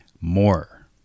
more